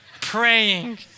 praying